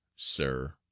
sir.